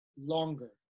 longer